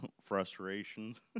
frustrations